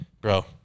bro